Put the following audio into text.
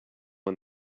one